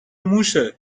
موشه